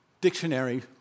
dictionary